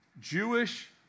Jewish